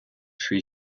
three